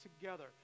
together